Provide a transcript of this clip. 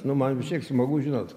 nu man vis tiek smagu žinot